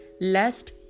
lest